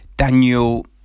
Daniel